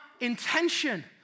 intention